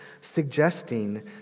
suggesting